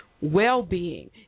well-being